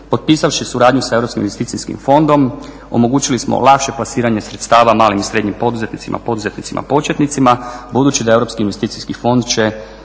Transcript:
investicijskim fondom omogućili smo lakše plasiranje sredstava malim i srednjim poduzetnicima, poduzetnicima početnicima budući da je